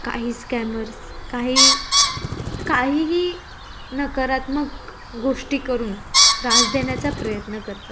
काही स्कॅमर्स काही काहीही नकारात्मक गोष्टी करून त्रास देण्याचा प्रयत्न करतात